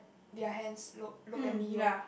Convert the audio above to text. their hands look look at me yo